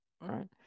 right